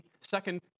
second